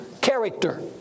Character